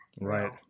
Right